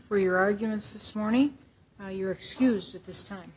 for your arguments this morning now you're excused at this time